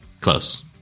Close